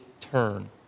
turn